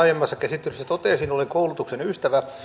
aiemmassa käsittelyssä totesin olen koulutuksen ystävä